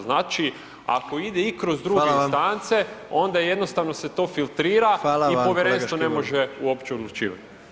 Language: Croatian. Znači, ako ide i kroz druge istance, onda jednostavno se to filtrira i povjerenstvo ne može odlučivati.